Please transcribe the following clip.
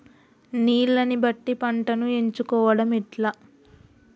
నీళ్లని బట్టి పంటను ఎంచుకోవడం ఎట్లా?